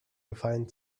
gefallen